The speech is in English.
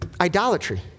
idolatry